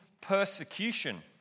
persecution